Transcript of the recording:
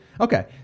okay